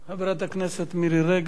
חברת הכנסת מירי רגב,